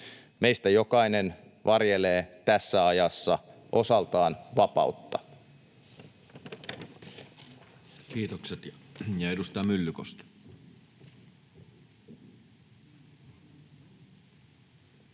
Meistä jokainen varjelee tässä ajassa osaltaan vapautta. Kiitokset. — Ja edustaja Myllykoski.